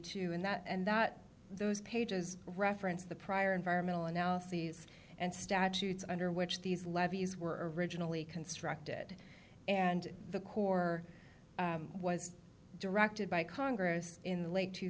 two and that and that those pages referenced the prior environmental analyses and statutes under which these levees were originally constructed and the corps was directed by congress in the late two